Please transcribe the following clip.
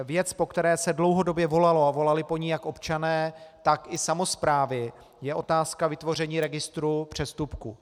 Věc, po které se dlouhodobě volalo, a volali po ní jak občané tak i samosprávy, je otázka vytvoření registru přestupků.